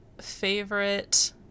Favorite